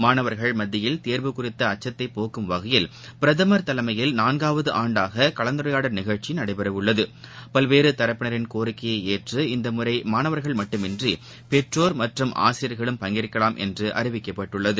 மாணவர்கள் மத்தியில் தேர்வு தகுறித்தஅச்சத்தைபோக்கும் வகையில் பிரதமர் தலைமையில் நான்காவதுஆண்டாககலந்துரையாடல் நிகழ்ச்சிநடைபெறவுள்ளது பல்வேறுதரப்பினரின் கோரிக்கையைஏற்று இந்தமுறைமாணவர்கள் மட்டுமின்றிபெற்றோர் மற்றும் ஆசிரியர்களும் பங்கேற்கலாம் என்றுஅறிவிக்கப்பட்டுள்ளது